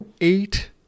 eight